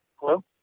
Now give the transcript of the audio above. Hello